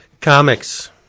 Comics